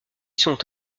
sont